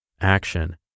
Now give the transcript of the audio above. action